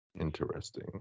Interesting